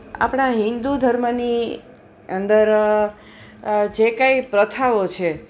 આપણા હિન્દુ ધર્મની અંદર જે કાંઈ પ્રથાઓ છે